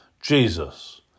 Jesus